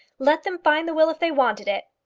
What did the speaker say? let them find the will if they wanted it!